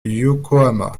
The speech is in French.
yokohama